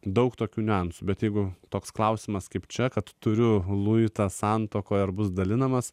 daug tokių niuansų bet jeigu toks klausimas kaip čia kad turiu luitą santuokoje ar bus dalinamas